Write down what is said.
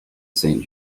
saint